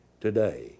today